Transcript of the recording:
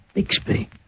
Bixby